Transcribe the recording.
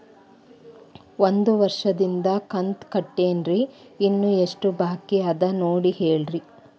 ಒಂದು ವರ್ಷದಿಂದ ಕಂತ ಕಟ್ಟೇನ್ರಿ ಇನ್ನು ಎಷ್ಟ ಬಾಕಿ ಅದ ನೋಡಿ ಹೇಳ್ರಿ